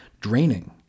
draining